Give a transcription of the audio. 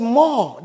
more